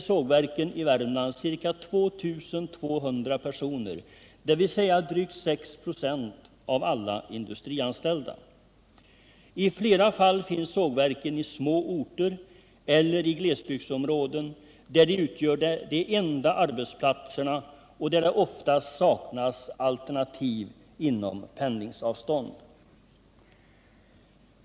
Nr 107 sågverken i Värmland ca 2 200 personer, dvs. drygt 6 26 av alla industrian Måndagen den ställda. I flera fall finns sågverken i små orter eller i glesbygdsområden, där de 3 april 1978 utgör de enda arbetsplatserna och där det ofta saknas alternativ inom pendlingsavstånd.